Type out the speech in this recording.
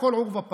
הכול עורבא פרח.